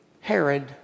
Herod